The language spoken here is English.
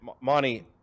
Monty